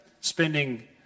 spending